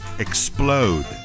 Explode